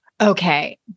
Okay